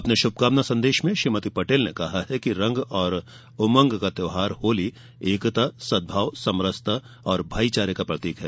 अपने शुभकामना संदेश में श्रीमति पटेल ने कहा है कि रंग और उमंग का त्यौहार होली एकता सदभाव समरसता और भाईचारे का प्रतीक है